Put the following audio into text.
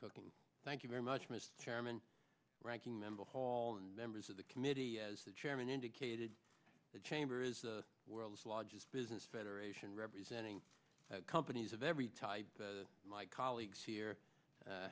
cooking thank you very much mr chairman ranking member hall and members of the committee as the chairman indicated the chamber is the world's largest business federation representing companies of every type that my colleagues here